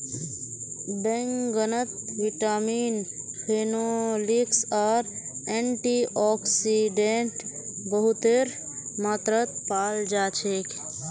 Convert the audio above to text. बैंगनत vitamin, phenolics आर antioxidant बहुतेर मात्रात पाल जा छेक